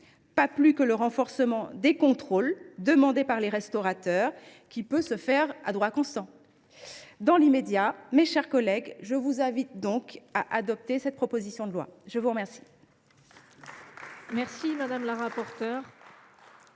pas plus que le renforcement des contrôles demandé par les restaurateurs, qui peut se faire à droit constant. Dans l’immédiat, mes chers collègues, je vous invite à adopter cette proposition de loi. La parole